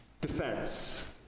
defense